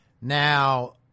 now